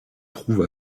trouve